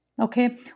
okay